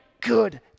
good